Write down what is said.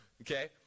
okay